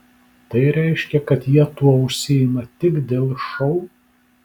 tai reiškia kad jie tuo užsiima tik dėl šou